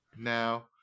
Now